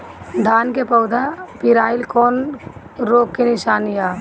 धान के पौधा पियराईल कौन रोग के निशानि ह?